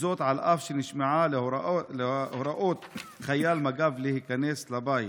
וזאת על אף שנשמעה להוראות חייל מג"ב להיכנס לבית.